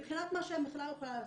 מבחינת מה שהמכללה יכולה לעשות,